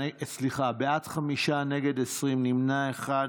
בעד, חמישה, נגד, 20, נמנע אחד.